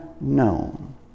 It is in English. known